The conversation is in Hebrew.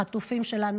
החטופים שלנו,